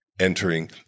entering